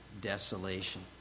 desolation